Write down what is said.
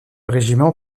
régiment